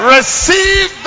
Receive